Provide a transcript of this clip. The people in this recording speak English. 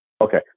Okay